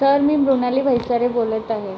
sir मी मृणाली भैसारे बोलत आहे